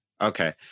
Okay